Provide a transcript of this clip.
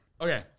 Okay